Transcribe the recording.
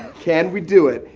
can we do it?